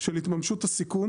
של התממשות הסיכון